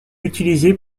utilisé